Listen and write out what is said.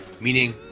meaning